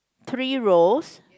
three rows